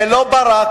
זה לא ברק,